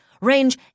range